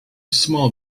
small